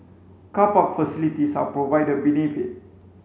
car park facilities are provided beneath it